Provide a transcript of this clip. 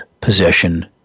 possession